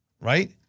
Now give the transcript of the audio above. right